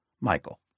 Michael